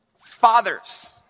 fathers